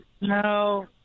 No